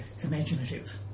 imaginative